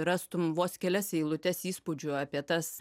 rastum vos kelias eilutes įspūdžių apie tas